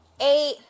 eight